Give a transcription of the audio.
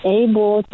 able